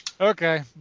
Okay